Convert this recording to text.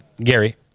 Gary